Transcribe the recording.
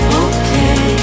okay